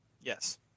Yes